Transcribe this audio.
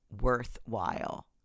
worthwhile